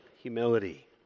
Humility